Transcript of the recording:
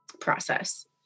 process